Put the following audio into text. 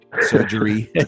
surgery